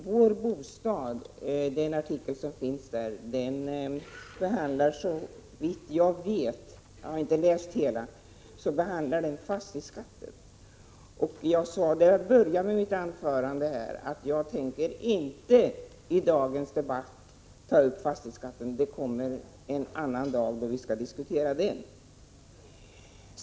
Herr talman! Jag har inte läst hela artikeln i Vår Bostad, Rolf Dahlberg, men den behandlar såvitt jag vet fastighetsskatten. Jag sade i mitt inledningsanförande att jag i dagens debatt inte tänker ta upp fastighetsskatten. Den skall diskuteras en annan gång.